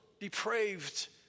depraved